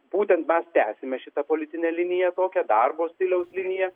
būtent mes tęsiame šitą politinę liniją tokia darbo stiliaus liniją